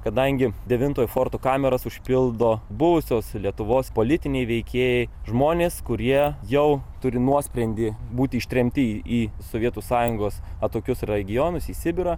kadangi devintojo forto kameras užpildo buvusios lietuvos politiniai veikėjai žmonės kurie jau turi nuosprendį būti ištremti į sovietų sąjungos atokius regionus į sibirą